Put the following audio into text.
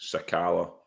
Sakala